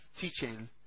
teaching